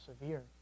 severe